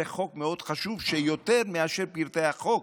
זה חוק מאוד חשוב, שיותר מאשר פרטי החוק,